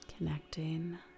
Connecting